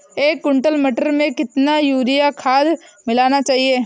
एक कुंटल मटर में कितना यूरिया खाद मिलाना चाहिए?